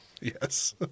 Yes